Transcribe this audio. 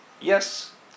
Yes